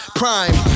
prime